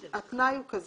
-- התנאי הוא זה